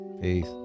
Peace